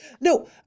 No